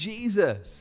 Jesus